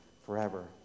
forever